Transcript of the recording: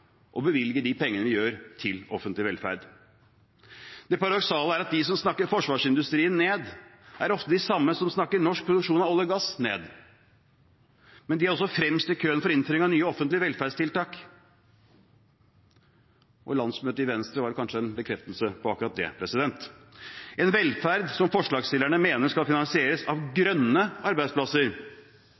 å bevilge de pengene vi gjør til offentlig velferd? Det paradoksale er at de som snakker forsvarsindustrien ned, ofte er de samme som snakker norsk produksjon av olje og gass ned. Men de er også fremst i køen for innføring av nye offentlige velferdstiltak – landsmøtet i Venstre var kanskje en bekreftelse på akkurat det – en velferd som forslagsstillerne mener skal finansieres av grønne arbeidsplasser,